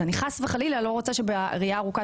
אני חס וחלילה לא רוצה שבראייה ארוכת